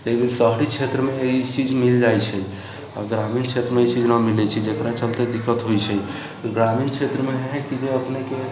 लेकिन शहरी क्षेत्रमे ई चीज मिल जाइ छै आ ग्रामीण क्षेत्रमे ई चीज न मिलै छै जेकरा चलते दिक्कत होइ छै ग्रामीण क्षेत्रमे है कि जे अपनेके